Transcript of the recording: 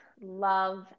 love